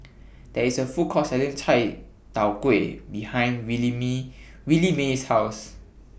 There IS A Food Court Selling Chai Tow Kway behind Williemae's House